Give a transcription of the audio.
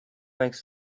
makes